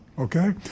Okay